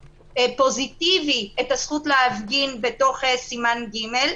פוזיטיבי את הזכות להפגין בתוך סימן ג'.